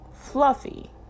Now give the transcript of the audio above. Fluffy